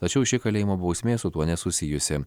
tačiau ši kalėjimo bausmė su tuo nesusijusi